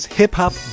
hip-hop